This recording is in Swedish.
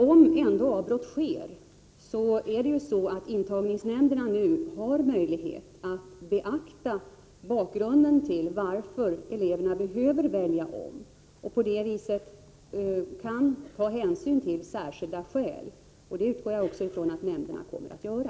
Om ändå avbrott sker, har intagningsnämnderna nu möjlighet att beakta bakgrunden till att eleverna behöver välja om. På det viset kan man ta hänsyn till särskilda skäl, och det utgår jag också från att nämnderna kommer att göra.